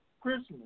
Christmas